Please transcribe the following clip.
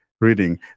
reading